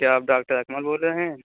کیا آپ ڈاکٹر اکمل بول رہے ہیں